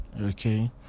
Okay